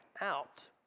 Out